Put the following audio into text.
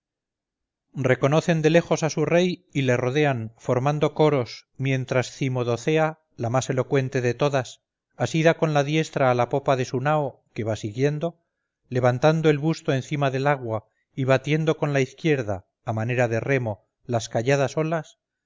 reconocen de lejos a su rey y le rodean formando coros mientras cimodocea la más elocuente de todas asida con la diestra a la popa de su nao que va siguiendo levantando el busto encima del agua y batiendo con la izquierda a manera de remo las calladas olas